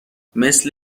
مثل